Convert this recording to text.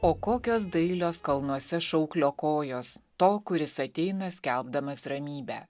o kokios dailios kalnuose šauklio kojos to kuris ateina skelbdamas ramybę